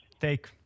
take